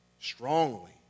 strongly